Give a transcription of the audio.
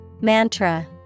Mantra